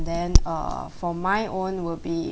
then err for my own will be